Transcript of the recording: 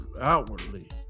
outwardly